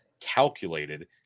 calculated